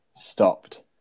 stopped